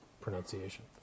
pronunciation